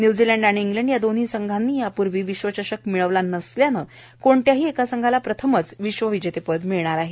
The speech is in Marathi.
न्य्झीलंड आणि इंग्लंड या दोन्ही संघांनी यापूर्वी विश्वचषक मिळविला नसल्यानं क्ठल्याही एका संघाला प्रथमच विश्व विजेतेपद मिळणार आहे